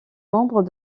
membre